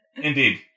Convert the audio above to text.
Indeed